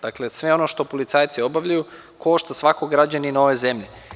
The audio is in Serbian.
Dakle, sve ono što policajci obavljaju košta svakog građanina ove zemlje.